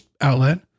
outlet